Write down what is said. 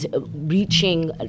reaching